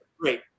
Great